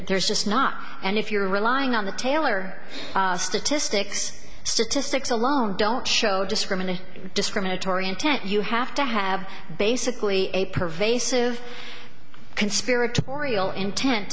there's just not and if you're relying on the taylor statistics statistics alone don't show discriminant discriminatory intent you have to have basically a pervasive conspiratorial intent